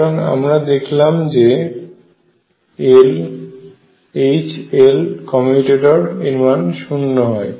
সুতরাং আমরা দেখলাম যে H L এর মান শূন্য হয়